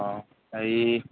অঁ হেৰি